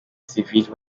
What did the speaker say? sivile